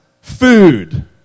food